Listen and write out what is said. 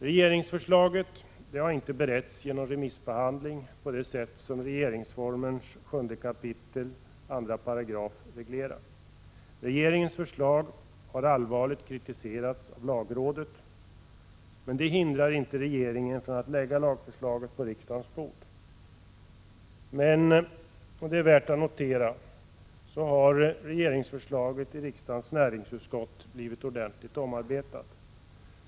Regeringsförslaget har inte beretts genom remissbehandling på det sätt som regeringsformens 7 kap. 2 § reglerar. Regeringens förslag har allvarligt kritiserats av lagrådet. Men det hindrar inte regeringen från att lägga lagförslaget på riksdagens bord. Men, och det är värt att notera, så har också regeringsförslaget i riksdagens näringsutskott blivit ordentligt omarbetat.